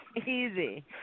Easy